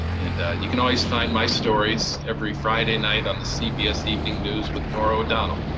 and you can always find my stories every friday night on the cbs evening news with norah o'donnell.